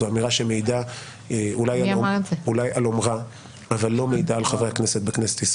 זו אמירה שמעידה אולי על אומרה אבל לא מעידה על חברי הכנסת בכנסת.